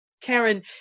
karen